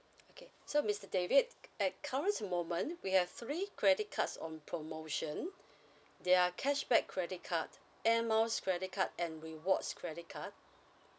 okay so mister david at current moment we have three credit cards on promotion they are cashback credit card air miles credit card and rewards credit card